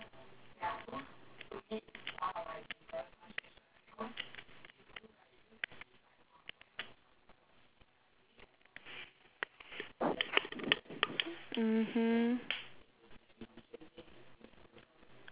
mmhmm